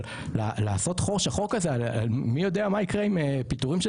אבל לעשות חור שחור כזה על מי יודע מה יקרה עם פיטורים של